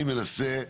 אני מנסה,